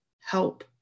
help